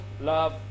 love